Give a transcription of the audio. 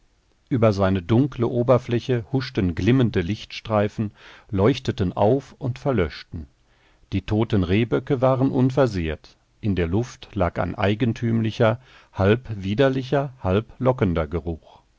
über seine dunkle oberfläche huschten glimmende lichtstreifen leuchteten auf und verlöschten die toten rehböcke waren unversehrt in der luft lag ein eigentümlicher halb widerlicher halb lockender geruch